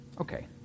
Okay